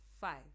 five